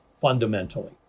fundamentally